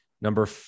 Number